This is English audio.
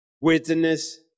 witness